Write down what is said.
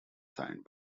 signed